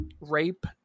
Rape